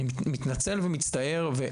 אני מתנצל ומצטער,